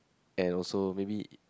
and also maybe